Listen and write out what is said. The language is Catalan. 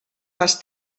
les